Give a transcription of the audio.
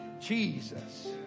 Jesus